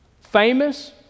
famous